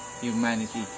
humanity